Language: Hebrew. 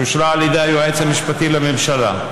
שאושרה על ידי היועץ המשפטי לממשלה,